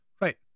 Right